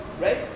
Right